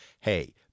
Hey